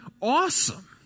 awesome